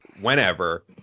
whenever